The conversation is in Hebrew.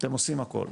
אתם עושים הכול.